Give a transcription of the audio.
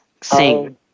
sing